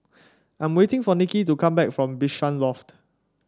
I'm waiting for Nicky to come back from Bishan Loft